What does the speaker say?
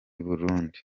burundi